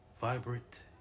vibrant